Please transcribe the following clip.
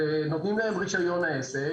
ונותנים להם רישיון עסק.